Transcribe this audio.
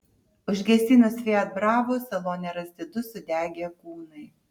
užgesinus fiat bravo salone rasti du sudegę kūnai